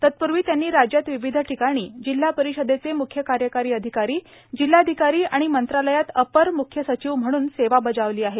तत्प्वी त्यांनी राज्यात विविध ठिकाणी जिल्हा परिषदेचे म्ख्य कार्यकारी अधिकारी जिल्हाधिकारी आणि मंत्रालयात अपर मुख्य सचिव म्हणून सेवा बजावली आहे